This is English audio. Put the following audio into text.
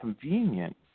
convenient